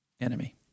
enemy